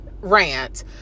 rant